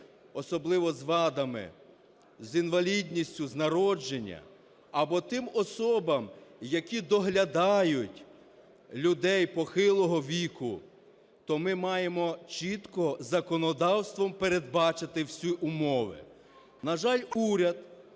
особливо з вадами, з інвалідністю з народження, або тим особам, які доглядають людей похилого віку, то ми маємо чітко законодавством передбачити всі умови. На жаль, уряд